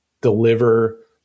deliver